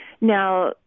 Now